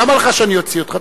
למה לך שאני אוציא אותך?